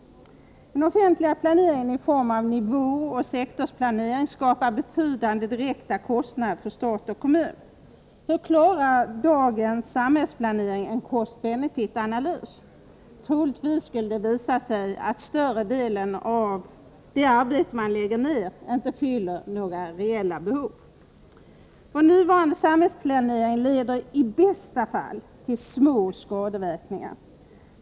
Den offentliga planeringen i form av nivåoch sektorsplanering skapar betydande direkta kostnader för stat och kommun. Hur klarar dagens samhällsplanering en cost-benefit-analys? Troligtvis skulle det visa sig att större delen av det arbete man lägger ned inte fyller några reella behov. Vår nuvarande samhällsplanering leder i bästa fall till små skadeverkningar.